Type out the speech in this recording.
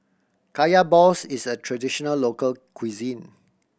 Kaya balls is a traditional local cuisine